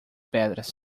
pedras